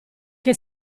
che